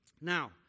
Now